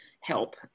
help